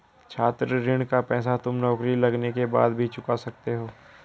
छात्र ऋण का पैसा तुम नौकरी लगने के बाद भी चुका सकते हो